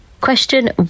Question